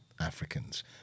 africans